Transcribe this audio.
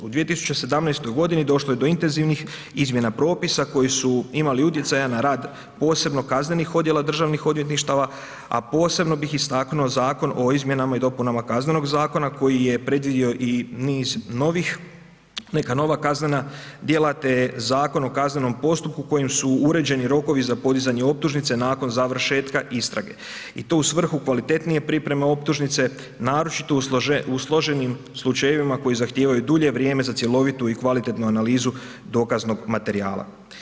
U 2017. godini došlo je do intenzivnih izmjena propisa koji su imali utjecaja na rad posebno kaznenih odjela državnih odvjetništava, a posebno bih istaknuo Zakon o izmjenama i dopunama Kaznenog zakona koji je predvidio i niz novih, neka nova kaznena djela te Zakon o kaznenom postupku kojim su uređeni rokovi za podizanje optužnice nakon završetka istrage i to u svrhu kvalitetnije pripreme optužnice, naročito u složenim slučajevima koji zahtijevaju dulje vrijeme za cjelovitu i kvalitetnu analizu dokaznog materijala.